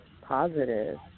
positive